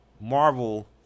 Marvel